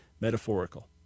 metaphorical